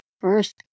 first